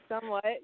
Somewhat